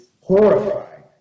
horrifying